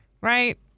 right